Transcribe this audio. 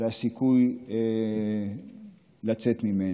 והסיכוי לצאת ממנה.